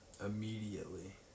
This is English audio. Immediately